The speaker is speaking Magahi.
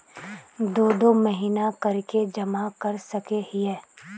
दो दो महीना कर के जमा कर सके हिये?